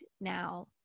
now